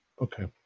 Okay